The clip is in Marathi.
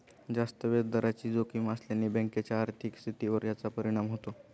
जास्त व्याजदराची जोखीम असल्याने बँकेच्या आर्थिक स्थितीवर याचा परिणाम होतो